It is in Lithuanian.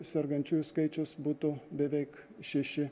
sergančiųjų skaičius būtų beveik šeši